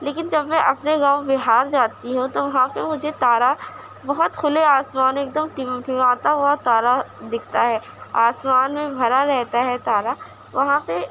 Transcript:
لیکن جب میں اپنے گاؤں بہار جاتی ہوں تو وہاں پہ مجھے تارہ بہت کھلے آسمان میں ایک دم ٹمٹماتا ہوا تارہ دکھتا ہے آسمان میں بھرا رہتا ہے تارہ وہاں پہ